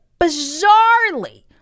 bizarrely